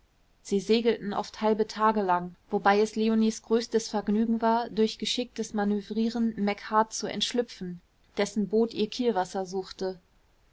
sie segelten oft halbe tage lang wobei es leonies größtes vergnügen war durch geschicktes manövrieren macheart zu entschlüpfen dessen boot ihr kielwasser suchte